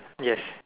yes